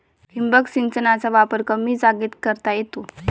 ठिबक सिंचनाचा वापर कमी जागेत करता येतो